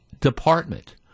Department